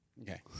Okay